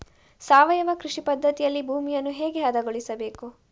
ಸಾವಯವ ಕೃಷಿ ಪದ್ಧತಿಯಲ್ಲಿ ಭೂಮಿಯನ್ನು ಹೇಗೆ ಹದಗೊಳಿಸಬೇಕು?